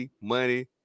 money